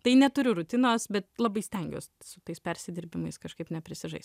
tai neturiu rutinos bet labai stengiuos su tais persidirbimas kažkaip neprisižaist